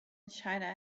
china